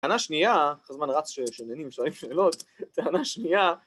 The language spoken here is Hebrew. טענה שנייה, איך הזמן רץ של נהנים שואלים שאלות, טענה שנייה.